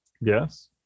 yes